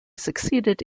succeeded